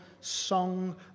song